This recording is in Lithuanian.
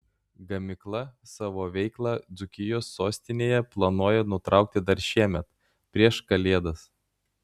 gamykla savo veiklą dzūkijos sostinėje planuoja nutraukti dar šiemet prieš kalėdas